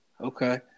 Okay